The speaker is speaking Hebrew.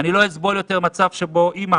אני לא אסבול יותר מצב שבו אימא